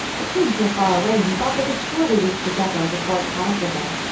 it seemed so far away he thought they could surely reach the depot before it caught up with them,